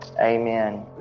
Amen